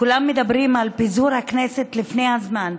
כולם מדברים על פיזור הכנסת לפני הזמן,